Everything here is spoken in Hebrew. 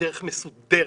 בדרך מסודרת,